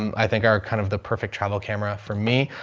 i think are kind of the perfect travel camera for me.